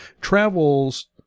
travels